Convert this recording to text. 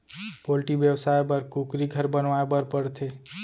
poultry बेवसाय बर कुकुरी घर बनवाए बर परथे